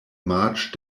march